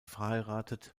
verheiratet